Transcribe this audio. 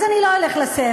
אז אני לא אלך לסרט,